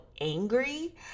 angry